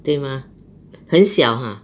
对吗很小 !huh!